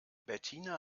bettina